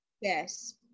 Yes